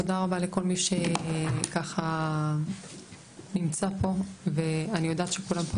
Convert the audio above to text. תודה רבה לכל מי שככה נמצא פה ואני יודעת שכולם פה